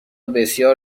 بسیار